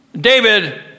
David